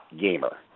gamer